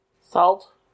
Salt